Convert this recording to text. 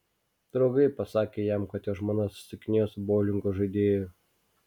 draugai pasakė jam kad jo žmona susitikinėjo su boulingo žaidėju